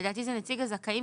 לדעתי זה נציג הזכאים,